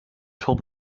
told